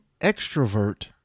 extrovert